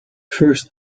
first